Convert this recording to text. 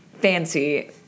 fancy